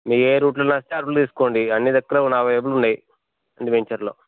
మీకు ఏ రూట్లో నచ్చితే ఆ రూట్లో తీసుకోండి అన్నీ దగ్గర్ల నాలుగు వైపులా ఉన్నాయి అంటే వెంచర్లో